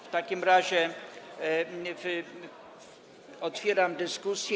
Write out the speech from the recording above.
W takim razie otwieram dyskusję.